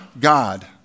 God